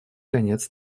конец